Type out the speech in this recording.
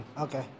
Okay